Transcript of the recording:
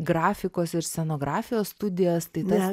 grafikos ir scenografijos studijas tai tas